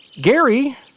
Gary